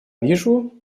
вижу